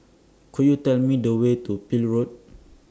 Could YOU Tell Me The Way to Peel Road